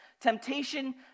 temptation